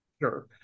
Sure